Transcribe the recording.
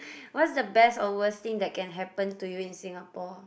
what's the best or worst thing that can happen to you in Singapore